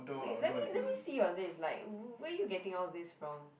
wait let me let me see your list like where you getting all these from